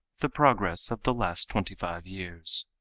the progress of the last twenty-five years